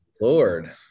Lord